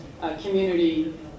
community